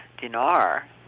dinar